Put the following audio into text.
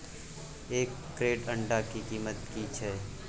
एक क्रेट अंडा के कीमत की छै?